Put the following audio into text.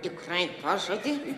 tikrai pažadi